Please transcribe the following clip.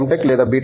Tech లేదా B